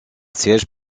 siège